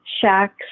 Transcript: shacks